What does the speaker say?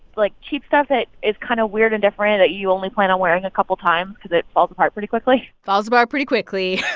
like, cheap stuff that is kind of weird and different, that you only plan on wearing a couple times because it falls apart pretty quickly falls apart pretty quickly.